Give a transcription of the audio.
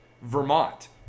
Vermont